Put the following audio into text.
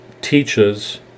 teaches